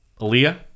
Aaliyah